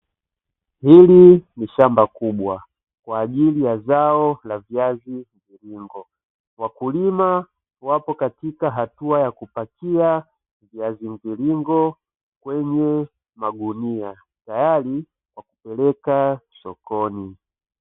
Hili ni shamba kubwa kwa ajili ya viazi mviringo, wakulima wapo katika hatua ya kupakia viazi mviringo kwenye magunia tayari kwa kupeleka sokoni.